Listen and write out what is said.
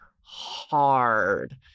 hard